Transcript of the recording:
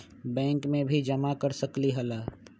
Bank में भी जमा कर सकलीहल?